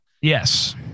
Yes